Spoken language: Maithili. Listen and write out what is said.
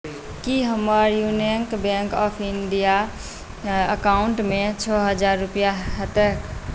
की हमर Union Bank of India account छओ हजार रूपैआ हेतैक